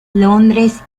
londres